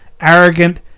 arrogant